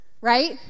right